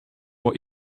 what